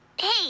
Hey